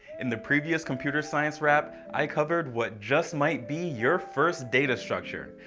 in the previous computer science rap, i covered what just might be your first data structure.